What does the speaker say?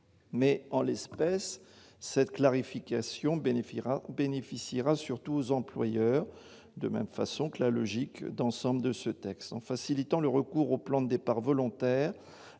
mais en l'espèce, cette clarification bénéficiera bénéficiera surtout aux employeurs de même façon que la logique d'ensemble de ce texte en facilitant le recours aux plantes, départs volontaires